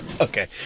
okay